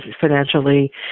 financially